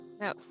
No